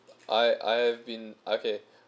I I've been okay